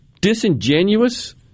disingenuous